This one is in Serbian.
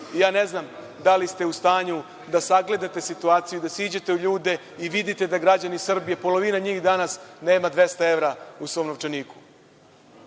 Ne znam da li ste u stanju da sagledate situaciju, da siđete među ljude i vidite da građani Srbije, polovina njih danas nema 200 evra u svom novčaniku.